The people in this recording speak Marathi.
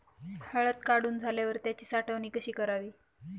हळद काढून झाल्यावर त्याची साठवण कशी करावी?